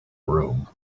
room